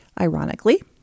Ironically